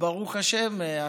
וברוך השם,